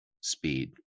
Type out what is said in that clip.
speed